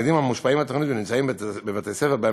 ומספר התלמידים המושפעים מהתוכנית ונמצאים בבתי-ספר שבהם